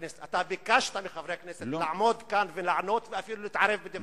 ביקשת מחברי הכנסת לעמוד כאן ולענות ואפילו להתערב בדברי השר.